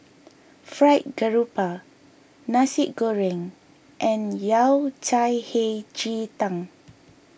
Fried Grouper Nasi Goreng and Yao Cai Hei Ji Tang